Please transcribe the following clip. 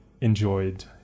enjoyed